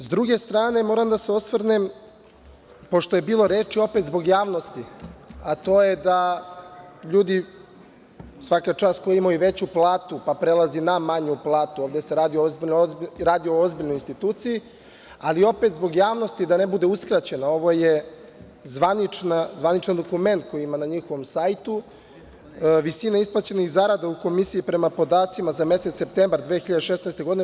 S druge strane, moram da se osvrnem, pošto je bilo reči, opet zbog javnosti, a to je da ljudi, svaka čast ko je imao i veću platu pa prelazi na manju platu, ovde se radi o ozbiljnoj instituciji, ali opet zbog javnosti, da ne bude uskraćena, ovo je zvaničan dokument koji je na njihovom sajtu - visina isplaćenih zarada u Komisiji prema podacima za mesec septembar 2016. godine.